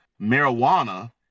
marijuana